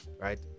right